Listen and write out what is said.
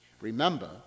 Remember